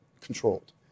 controlled